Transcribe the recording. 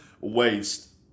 waste